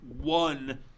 one